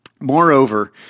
Moreover